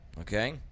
okay